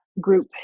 group